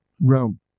Rome